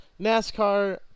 NASCAR